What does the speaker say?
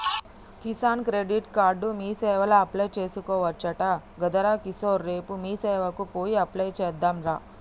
Kisan credit card మీసేవల apply చేసుకోవచ్చట గదరా కిషోర్ రేపు మీసేవకు పోయి అప్లై చెద్దాంరా